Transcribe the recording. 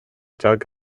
dug